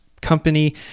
company